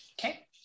Okay